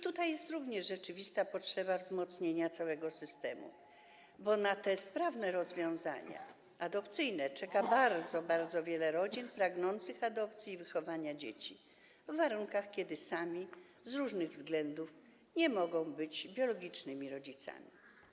Tutaj jest również rzeczywista potrzeba wzmocnienia całego systemu, bo na sprawne rozwiązania adopcyjne czeka bardzo, bardzo wiele rodzin pragnących adopcji i wychowania dzieci w sytuacji, kiedy sami z różnych względów nie mogą być biologicznymi rodzicami.